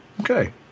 Okay